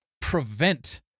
prevent